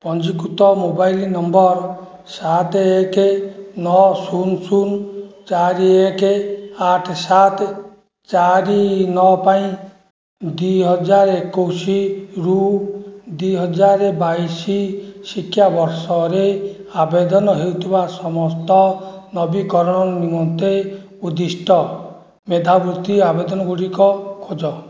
ପଞ୍ଜୀକୃତ mobile number ସାତ ଏକ ନଅ ଶୂନ ଶୂନ ଚାରି ଏକ ଆଠ ସାତ ଚାରି ନଅ ପାଇଁ ଦୁଇ ହଜାର ଏକୋଇଶରୁ ଦୁଇ ହଜାର ବାଇଶ ଶିକ୍ଷାବର୍ଷରେ ଆବେଦନ ହୋଇଥିବା ସମସ୍ତ ନବୀକରଣ ନିମନ୍ତେ ଉଦ୍ଦିଷ୍ଟ ମେଧାବୃତ୍ତି ଆବେଦନଗୁଡ଼ିକ ଖୋଜ